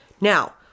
Now